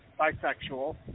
bisexual